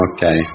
Okay